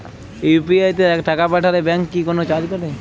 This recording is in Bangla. ইউ.পি.আই তে টাকা পাঠালে ব্যাংক কি কোনো চার্জ কাটে?